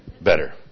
better